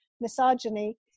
misogyny